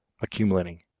accumulating